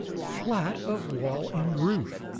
flat of wall and roof.